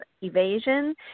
Evasion